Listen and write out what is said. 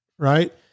right